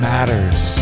Matters